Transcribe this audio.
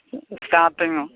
സ്റ്റാർട്ടിങ്ങോ